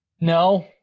No